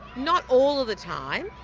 not all of the time,